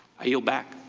i yield back.